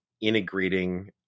integrating